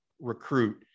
recruit